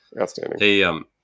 outstanding